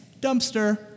Dumpster